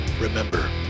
Remember